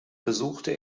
besuchte